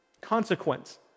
consequence